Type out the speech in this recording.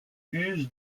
use